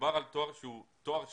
מדובר על תואר שהוא תואר שלישי,